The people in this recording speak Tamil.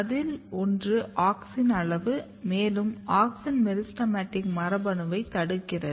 அதில் ஒன்று ஆக்ஸின் அளவு மேலும் ஆக்ஸின் மெரிஸ்டெமடிக் மரபணுவைத் தடுக்கிறது